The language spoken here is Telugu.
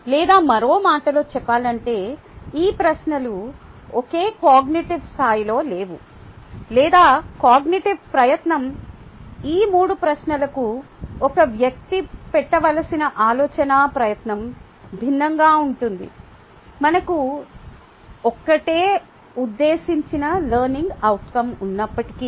లేదా మరో మాటలో చెప్పాలంటే ఈ ప్రశ్నలు ఒకే కాగ్నిటివ్ స్థాయిలో లేవు లేదా కాగ్నిటివ్ ప్రయత్నం ఈ 3 ప్రశ్నలకు ఒక వ్యక్తి పెట్టవలసిన ఆలోచనా ప్రయత్నం భిన్నంగా ఉంటుంది మనకు ఒక్కటే ఉద్దేశించిన లెర్నింగ్ అవుట్కం ఉన్నప్పటికీ